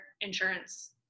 insurance